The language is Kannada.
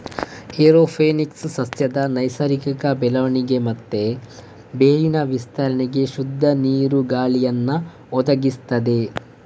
ಏರೋಪೋನಿಕ್ಸ್ ಸಸ್ಯದ ನೈಸರ್ಗಿಕ ಬೆಳವಣಿಗೆ ಮತ್ತೆ ಬೇರಿನ ವಿಸ್ತರಣೆಗೆ ಶುದ್ಧ ನೀರು, ಗಾಳಿಯನ್ನ ಒದಗಿಸ್ತದೆ